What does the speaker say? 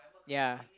ya